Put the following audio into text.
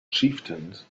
chieftains